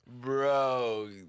Bro